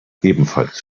ebenfalls